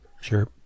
Sure